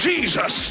Jesus